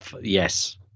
Yes